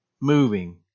moving